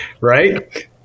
right